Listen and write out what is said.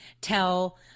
tell